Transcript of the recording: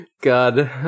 God